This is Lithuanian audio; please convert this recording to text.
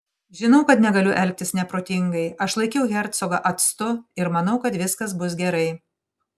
žinau kad negaliu elgtis neprotingai aš laikiau hercogą atstu ir manau kad viskas bus gerai